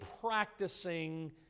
practicing